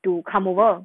to come over